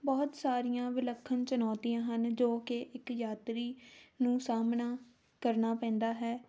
ਬਹੁਤ ਸਾਰੀਆਂ ਵਿਲੱਖਣ ਚੁਣੌਤੀਆਂ ਹਨ ਜੋ ਕਿ ਇੱਕ ਯਾਤਰੀ ਨੂੰ ਸਾਹਮਣਾ ਕਰਨਾ ਪੈਂਦਾ ਹੈ